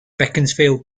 beaconsfield